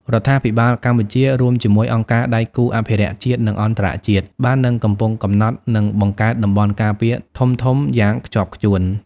រដ្ឋាភិបាលកម្ពុជា រួមជាមួយអង្គការដៃគូអភិរក្សជាតិ និងអន្តរជាតិ បាននិងកំពុងកំណត់ និង បង្កើតតំបន់ការពារធំៗ យ៉ាងខ្ជាប់ខ្ជួន។